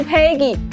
Peggy 。